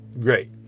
great